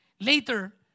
later